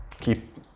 keep